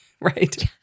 right